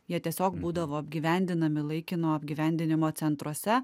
jie tiesiog būdavo apgyvendinami laikino apgyvendinimo centruose